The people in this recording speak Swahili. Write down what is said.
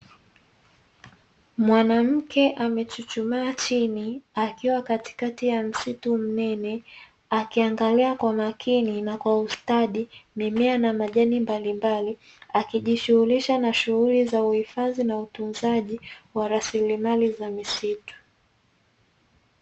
Mwanamke amechuchumaa chini akiwa katikati ya msitu mnene, akiangalia kwa makini na kwa ustadi, mimea na majani mbalimbali; akijishughulisha na shughuli za uhifadhi na utunzaji wa rasilimali za misitu.